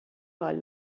حال